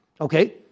okay